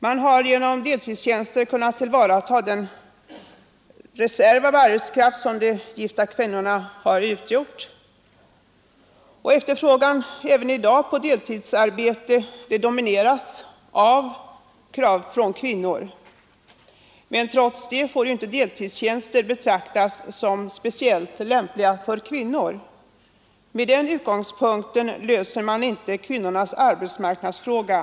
Man har genom deltidstjänster kunnat tillvarata den reserv av arbetskraft som de gifta kvinnorna har utgjort. Även i dag domineras efterfrågan på deltidsarbete av krav från kvinnor. Trots detta får deltidstjänster inte betraktas som speciellt lämpliga för kvinnor. Med den utgångspunkten löser man inte kvinnornas arbetsmarknadsfråga.